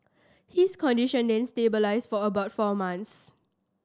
his condition then stabilised for about four months